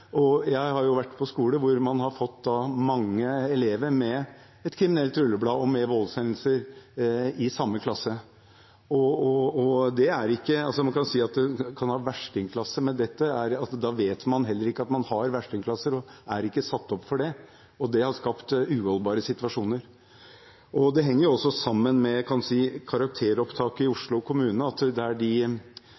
Jeg har vært på skoler hvor man har fått mange elever med kriminelt rulleblad og med voldshendelser i samme klasse. Man kan si at man kan ha verstingklasser, men her vet man ikke at man har verstingklasser, og det er ikke satt opp for det. Det har skapt uholdbare situasjoner. Dette henger også sammen med karakteropptaket i Oslo kommune. Det er ofte umotiverte elever som også er involvert i